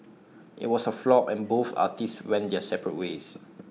IT was A flop and both artists went their separate ways